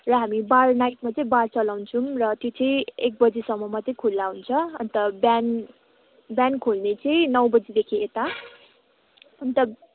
र हामी बार नाइटमा चाहिँ बार चलाउँछौँ र त्यो चाहिँ एक बजीसम्म मात्रै खुल्ला हुन्छ अन्त बिहान बिहान खोल्ने चाहिँ नौ बजीदेखि यता अन्त